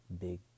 big